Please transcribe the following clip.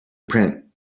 print